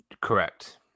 Correct